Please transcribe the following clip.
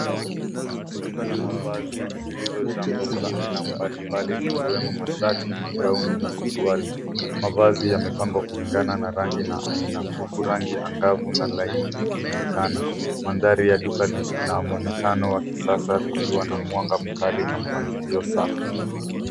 Duka la mavazi zilizojaa nguo za aina mbalimbali zikiwemo mashati, magauni na suruali. Mavazi yamepangwa kulingana na rangi na aina huku rangi angavu na laini zikionekana. Mandhari ya duka lina mwonekano wa kisasa likiwa na mwanga mkali na mpangilio safi.